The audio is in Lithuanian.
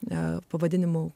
ne pavadinimu